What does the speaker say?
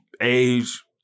age